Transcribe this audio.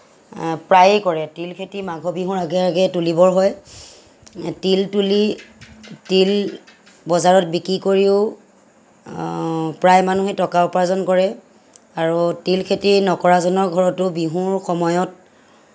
প্ৰায়ে কৰে তিল খেতি মাঘৰ বিহুৰ আগে আগেই তুলিবৰ হয় তিল তুলি তিল বজাৰত বিক্ৰি কৰিও প্ৰায় মানুহে টকা উপাৰ্জন কৰে আৰু তিল খেতি নকৰাজনৰ ঘৰতো বিহুৰ সময়ত